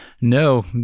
No